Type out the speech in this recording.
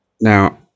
Now